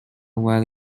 while